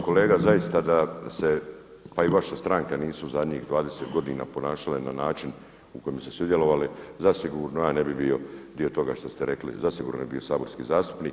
Kolega zaista da se pa i vaša stranka nisu u zadnjih 20 godina ponašale na način u kome su sudjelovali zasigurno ja ne bi bio dio toga što ste rekli, zasigurno ne bi bio saborski zastupnik.